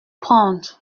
prendre